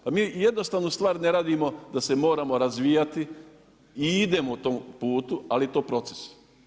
Pa mi jednostavnu stvar ne radimo da se moramo razvijati i idemo prema tom putu ali je to proces.